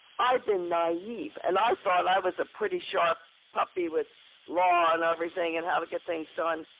i've been naive, and i thought i was a pretty sharp puppy with law and everything and how to get things done.